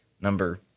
number